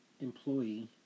employee